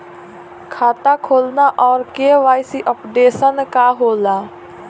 खाता खोलना और के.वाइ.सी अपडेशन का होला?